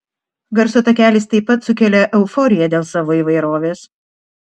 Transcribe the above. garso takelis taip pat sukelia euforiją dėl savo įvairovės